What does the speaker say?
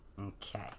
Okay